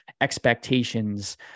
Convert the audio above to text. expectations